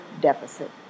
deficit